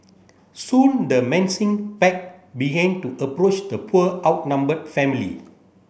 soon the pack began to approach the poor outnumbered family